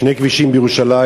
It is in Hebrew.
שני כבישים בירושלים,